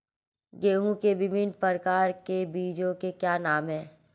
गेहूँ के विभिन्न प्रकार के बीजों के क्या नाम हैं?